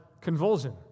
convulsion